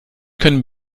können